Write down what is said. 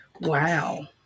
Wow